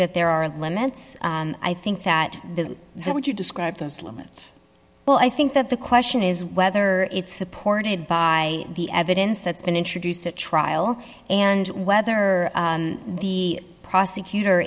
that there are limits i think that that would you describe those limits well i think that the question is whether it's supported by the evidence that's been introduced at trial and whether the prosecutor